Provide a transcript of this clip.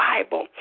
Bible